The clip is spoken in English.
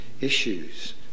issues